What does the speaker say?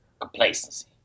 Complacency